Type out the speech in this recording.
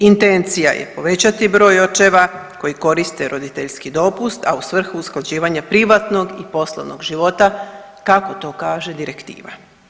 Intencija je povećati broj očeva koji koriste roditeljski dopust, a u svrhu usklađivanja privatnog i poslovnog života kako to kaže direktiva.